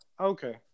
okay